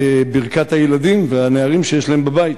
ברכת הילדים והנערים שיש להם בבית.